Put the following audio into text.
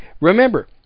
Remember